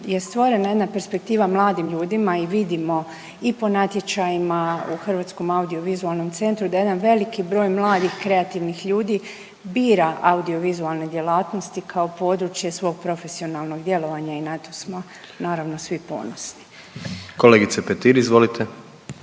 je stvorena jedna perspektiva mladim ljudima i vidimo i po natječajima u Hrvatskom audio-vizualnom centru da jedan veliki broj mladih, kreativnih ljudi bira audio-vizualne djelatnosti kao područje svog profesionalnog djelovanja i na to smo naravno svi ponosni. **Jandroković, Gordan